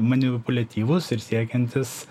manipuliatyvūs ir siekiantys